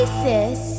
Isis